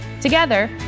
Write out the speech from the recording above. Together